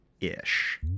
ish